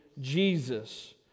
Jesus